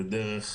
ודרך